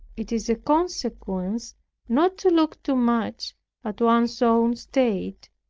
it is of consequence not to look too much at one's own state,